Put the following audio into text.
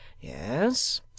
Yes